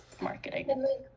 marketing